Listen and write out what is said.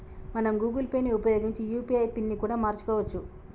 మనం Google Pay ని ఉపయోగించి యూ.పీ.ఐ పిన్ ని కూడా మార్చుకోవచ్చు